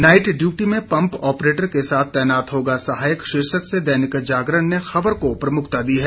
night duty में pump operator के साथ तैनात होगा सहायक शीर्षक से दैनिक जागरण ने खबर को प्रमुखता दी है